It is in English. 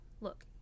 look